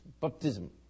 baptism